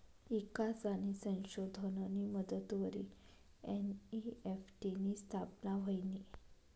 ईकास आणि संशोधननी मदतवरी एन.ई.एफ.टी नी स्थापना व्हयनी